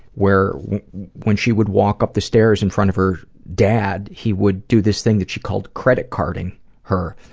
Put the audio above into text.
where when she would walk up the stairs in front of her dad, he would do this thing that she called credit carding her,